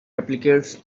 replicates